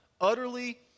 utterly